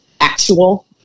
actual